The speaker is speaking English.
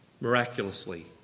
miraculously